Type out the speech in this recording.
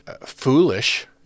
foolish